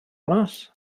aros